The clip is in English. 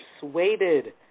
persuaded